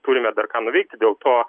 turime dar ką nuveikti dėl to